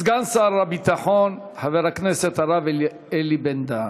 סגן שר הביטחון חבר הכנסת הרב אלי בן-דהן.